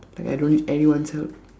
like I don't need anyone's help